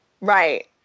Right